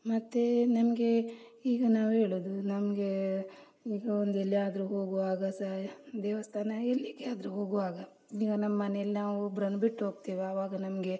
ಮತ್ತು ನಮಗೆ ಈಗ ನಾವೇಳುವುದು ನಮಗೆ ಈಗ ಒಂದು ಎಲ್ಲಿಯಾದರೂ ಹೋಗುವಾಗ ಸಹ ದೇವಸ್ಥಾನ ಎಲ್ಲಿಗೆಯಾದರೂ ಹೋಗುವಾಗ ಈಗ ನಮ್ಮನೇಲಿ ನಾವು ಒಬ್ಬರನ್ನು ಬಿಟ್ಟು ಹೋಗ್ತೇವಾ ಆವಾಗ ನಮಗೆ